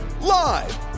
Live